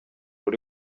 uri